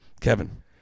Kevin